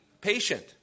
patient